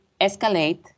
escalate